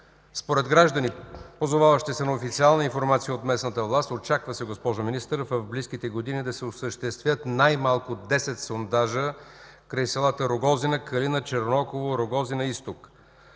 Според граждани, позоваващи се на официална информация от местната власт, очаква се, госпожо Министър, в близките години да се осъществят най-малко десет сондажа край селата Рогозина, Калина, Чернооково, Рогозина-Изток.